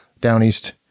Downeast